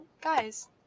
guys